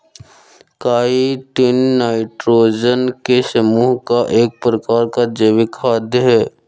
chitin nitrogen के समूह का एक प्रकार का जैविक खाद है